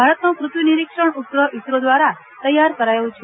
ભારતનો પૃથ્વી નિરીક્ષણ ઉપગ્રહ ઈસરો દ્વારા તૈયાર કરાયો છે